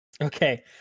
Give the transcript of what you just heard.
Okay